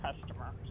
customer